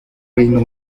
reino